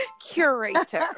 curator